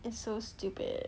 it's so stupid